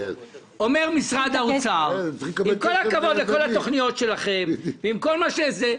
אומר משרד האוצר: עם כל הכבוד לכל התוכניות שלכם ועם כל זה,